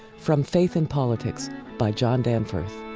from faith and politics by john danforth